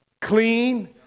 clean